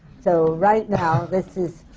so right now, this is